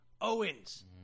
Owens